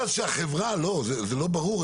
שיהיה איזשהו הסכם.